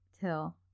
till